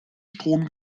strom